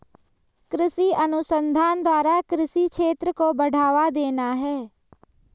कृषि अनुसंधान द्वारा कृषि क्षेत्र को बढ़ावा देना है